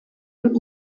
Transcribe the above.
und